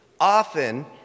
often